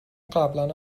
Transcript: قبلنا